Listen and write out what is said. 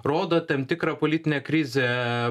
rodo tam tikrą politinę krizę